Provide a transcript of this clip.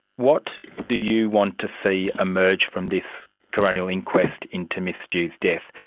what do you want to see emerge from this coronial inquest into ms dhu's death?